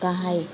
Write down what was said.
गाहाय